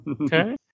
okay